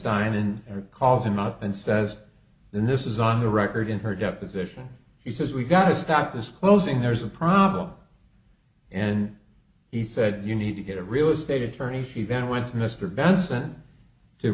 and calls him up and says this is on the record in her deposition she says we've got to stop this closing there's a problem and he said you need to get a real estate attorney she then went to mr benson to